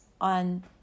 on